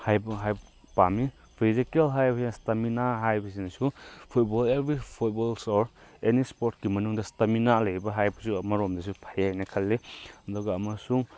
ꯍꯥꯏꯕ ꯄꯥꯝꯃꯤ ꯐꯤꯖꯤꯀꯦꯜ ꯍꯥꯏꯕ ꯏꯁꯇꯦꯃꯤꯅꯥ ꯍꯥꯏꯕꯁꯤꯅꯁꯨ football every footballs or any ꯏꯁꯄꯣꯔꯠꯀꯤ ꯃꯅꯨꯡꯗ ꯏꯁꯇꯦꯃꯤꯅꯥ ꯂꯩꯕ ꯍꯥꯏꯕꯁꯨ ꯑꯃꯔꯣꯝꯗꯁꯨ ꯐꯩ ꯍꯥꯏꯅ ꯈꯜꯂꯦ ꯑꯗꯨꯒ ꯑꯃꯁꯨꯡ